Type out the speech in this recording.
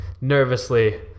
nervously